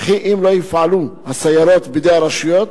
וכי אם לא יופעלו הסיירות בידי הרשויות,